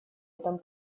этом